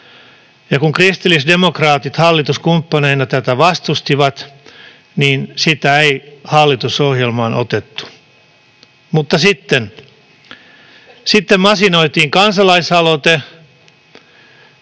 ei. Kun kristillisdemokraatit hallituskumppaneina tätä vastustivat, sitä ei hallitusohjelmaan otettu. Mutta sitten masinoitiin kansalaisaloite